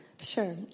Sure